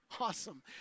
Awesome